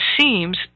seems